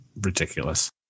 ridiculous